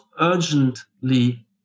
urgently